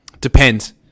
Depends